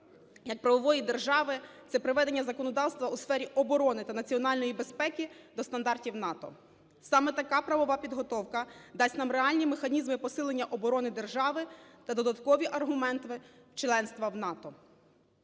як правової держави – це приведення законодавства у сфері оборони та національної безпеки до стандартів НАТО. Саме така правова підготовка дасть нам реальні механізми посилення оборони держави та додаткові аргументи членства в НАТО.